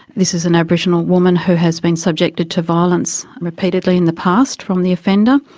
this is an aboriginal woman who has been subjected to violence repeatedly in the past from the offender,